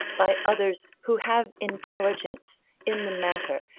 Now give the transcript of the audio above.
by others who have intelligence in the matter,